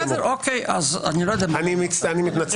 אני מתנצל.